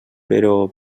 però